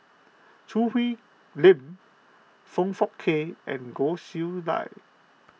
Choo Hwee Lim Foong Fook Kay and Goh Chiew Lye